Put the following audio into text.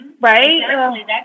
Right